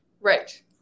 Right